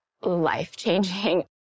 life-changing